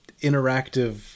interactive